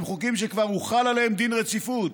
הם חוקים שכבר הוחל עליהם דין רציפות,